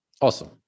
Awesome